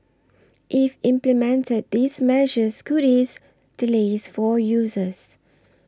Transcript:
if implemented these measures could ease delays for users